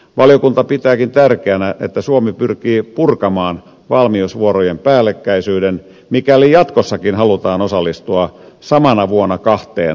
valiokunta pitääkin tärkeänä että suomi pyrkii purkamaan valmiusvuorojen päällekkäisyyden mikäli jatkossakin halutaan osallistua samana vuonna kahteen taisteluosastoon